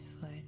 foot